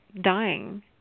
dying